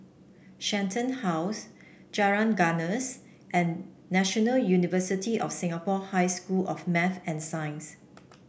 Shenton House Jalan Gajus and National University of Singapore High School of Math and Science